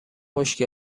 خشکه